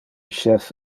chef